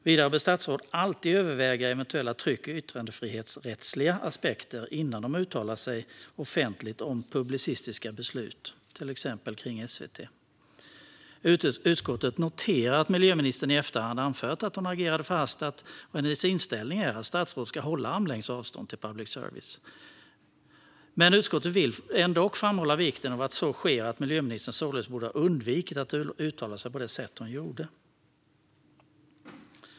Vidare bör statsråd alltid överväga eventuella tryck och yttrandefrihetsrättsliga aspekter innan de uttalar sig offentligt om publicistiska beslut av till exempel SVT. Utskottet noterar att miljöministern i efterhand anfört att hon agerade förhastat och att hennes inställning är att statsråd ska hålla armlängds avstånd till public service. Utskottet vill ändock framhålla vikten av att så sker och att miljöministern således borde ha undvikit att uttala sig på det sätt hon gjorde.